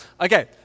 Okay